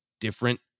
different